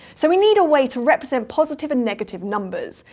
so we need a way to represent positive and negative numbers.